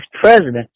president